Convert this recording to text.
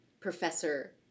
Professor